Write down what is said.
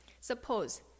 Suppose